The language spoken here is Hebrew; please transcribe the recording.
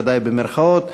ודאי במירכאות.